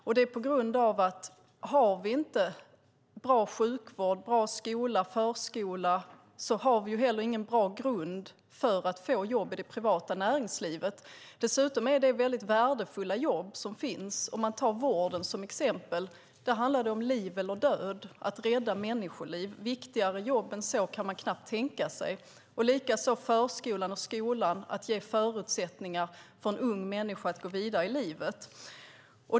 Om vi inte har bra sjukvård, bra skola och bra förskola har vi heller ingen bra grund för att skapa jobb i det privata näringslivet. Dessutom är det värdefulla jobb som finns där, låt mig ta vården som exempel. Där handlar det om liv eller död - att rädda människoliv. Viktigare jobb än så kan man knappt tänka sig. Det är likadant med förskolan och skolan. Det handlar om att ge förutsättningar för en ung människa att gå vidare i livet.